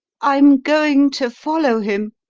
i'm going to follow him,